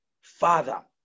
Father